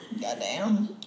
Goddamn